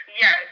yes